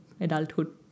adulthood